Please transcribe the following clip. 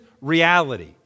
reality